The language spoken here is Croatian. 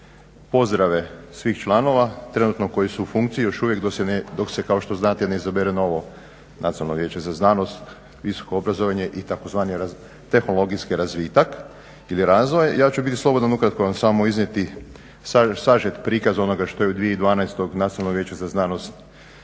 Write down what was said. pozdrave svih članova trenutno koji su u funkciji još uvijek dok se kao što znate ne izabere novo Nacionalno vijeće za znanost, visoko obrazovanje i tzv. tehnologijski razvitak ili razvoj. Ja ću biti slobodan ukratko vam samo iznijeti sažet prikaz onog što je u 2012. Nacionalno vijeće za znanost